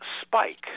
Spike